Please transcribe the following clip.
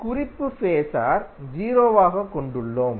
குறிப்பு ஃபேஸர் 0 ஆகக் கொண்டுள்ளோம்